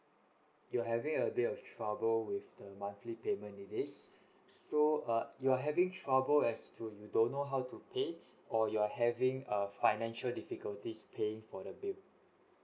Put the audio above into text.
you're having a bit of trouble with the monthly payment is it so uh you are having trouble as to you don't know how to pay or you're having financial difficulties paying for the bill